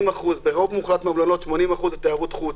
80%. ברוב מוחלט מהמלונות 80% זה תיירות חוץ.